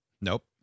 Nope